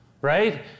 right